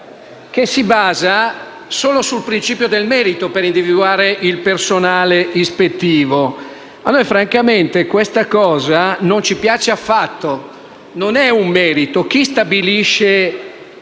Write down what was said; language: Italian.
che si base solo sul principio del merito per individuare il personale ispettivo. A noi francamente questa previsione non piace affatto. Non è un merito, perché chi stabilisce